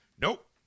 nope